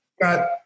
Got